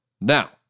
Now